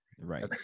Right